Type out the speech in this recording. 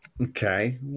Okay